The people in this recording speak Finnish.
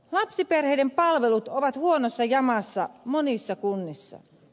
lapsiperheiden palvelut ovat huonossa jamassa monissa kunnissa